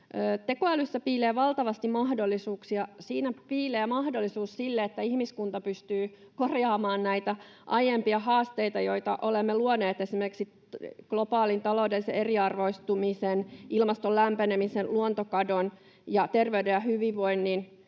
Tekoälyssä piilee valtavasti mahdollisuuksia. Siinä piilee mahdollisuus siihen, että ihmiskunta pystyy korjaamaan näitä aiempia haasteita, joita olemme luoneet, esimerkiksi globaalin taloudellisen eriarvoistumisen, ilmaston lämpenemisen, luontokadon, terveyden ja hyvinvoinnin